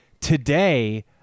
Today